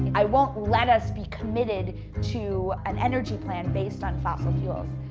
i won't let us be committed to an energy plan based on fossil fuels.